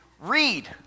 Read